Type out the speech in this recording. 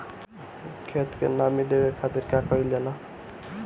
खेत के नामी देवे खातिर का कइल जाला?